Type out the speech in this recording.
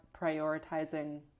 prioritizing